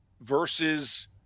versus